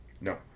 No